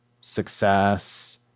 success